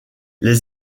les